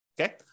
Okay